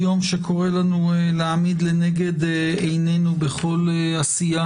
יום שקורא לנו להעמיד לנגד עינינו בכל עשייה